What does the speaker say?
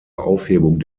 aufhebung